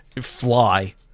fly